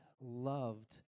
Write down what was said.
loved